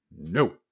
No